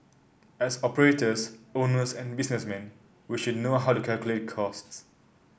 as operators owners and businessmen we should know how to calculate costs